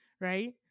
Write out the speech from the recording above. right